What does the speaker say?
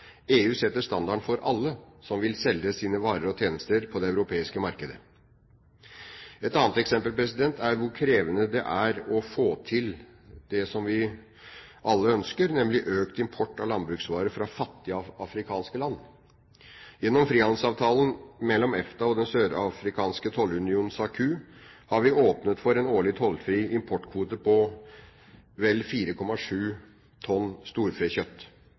EU setter standarden for alle som vil selge sine varer og tjenester på det europeiske markedet. Et annet eksempel er hvor krevende det er å få til det vi alle ønsker, nemlig økt import av landbruksvarer fra fattige afrikanske land. Gjennom frihandelsavtalen mellom EFTA og Den sørafrikanske tollunion, SACU, har vi åpnet for en årlig tollfri importkvote på ca. 4,7 tonn storfekjøtt.